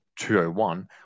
201